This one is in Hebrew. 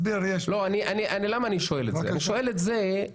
למה אני שואל את זה?